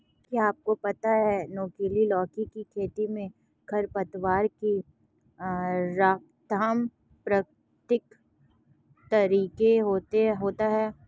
क्या आपको पता है नुकीली लौकी की खेती में खरपतवार की रोकथाम प्रकृतिक तरीके होता है?